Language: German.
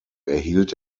erhielt